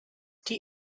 die